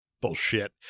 Bullshit